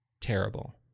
Terrible